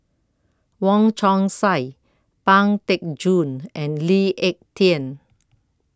Wong Chong Sai Pang Teck Joon and Lee Ek Tieng